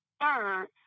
Third